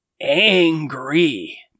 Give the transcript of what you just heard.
angry